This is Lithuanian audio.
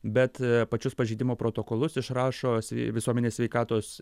bet pačius pažeidimo protokolus išrašo visuomenės sveikatos